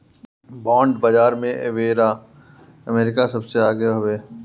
bond बाजार में एबेरा अमेरिका सबसे आगे हवे